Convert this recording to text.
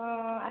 ହଁ ଆସିବ